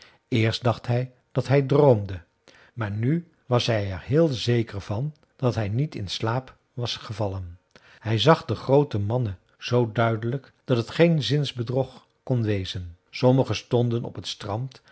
eerst dacht hij dat hij droomde maar nu was hij er heel zeker van dat hij niet in slaap was gevallen hij zag de groote mannen zoo duidelijk dat het geen zinsbedrog kon wezen sommige stonden op het strand